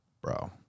Bro